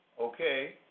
Okay